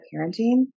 parenting